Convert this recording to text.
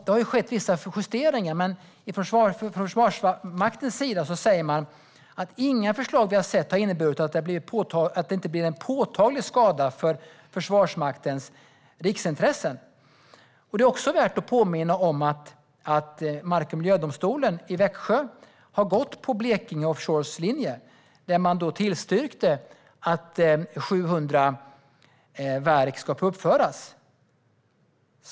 Det har gjorts vissa justeringar, men från Försvarsmaktens sida säger man att inga förslag man sett har inneburit att det inte blir en påtaglig skada för Försvarsmaktens riksintressen. Det är också värt att påminna om att mark och miljödomstolen i Växjö har gått på Blekinge Offshores linje. Den har tillstyrkt att 700 verk uppförs.